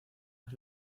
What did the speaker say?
las